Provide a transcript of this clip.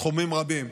בתחומים רבים,